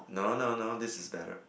no no no this is better